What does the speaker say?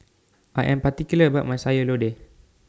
I Am particular about My Sayur Lodeh